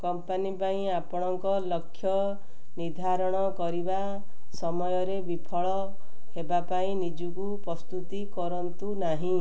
company ପାଇଁ ଆପଣଙ୍କ ଲକ୍ଷ୍ୟ ନିର୍ଦ୍ଧାରଣ କରିବା ସମୟରେ ବିଫଳ ହେବା ପାଇଁ ନିଜକୁ ପ୍ରସ୍ତୁତ କରନ୍ତୁ ନାହିଁ